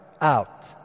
out